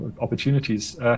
opportunities